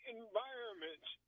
environments